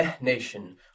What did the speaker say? Nation